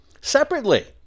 separately